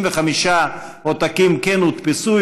65 עותקים כן הודפסו,